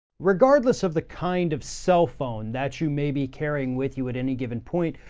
regardless of the kind of cell phone that you may be carrying with you at any given point,